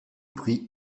prit